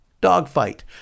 Dogfight